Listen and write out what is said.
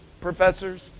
professors